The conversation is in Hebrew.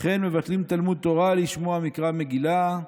וכן מבטלים תלמוד תורה לשמוע מקרא מגילה,